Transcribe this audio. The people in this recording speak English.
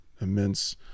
immense